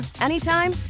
anytime